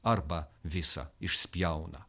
arba visą išspjauna